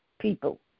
people